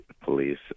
police